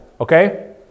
Okay